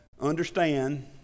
understand